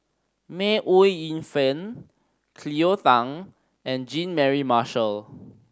May Ooi Yu Fen Cleo Thang and Jean Mary Marshall